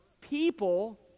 people